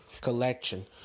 collection